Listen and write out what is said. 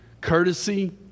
Courtesy